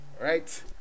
right